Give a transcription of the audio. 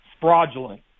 fraudulent